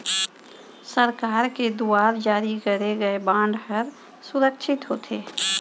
सरकार के दुवार जारी करे गय बांड हर सुरक्छित होथे